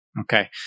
Okay